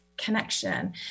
connection